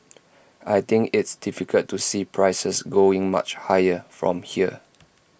I think it's difficult to see prices going much higher from here